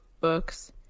books